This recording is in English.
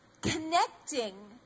connecting